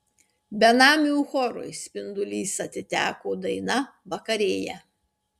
benamių chorui spindulys atiteko daina vakarėja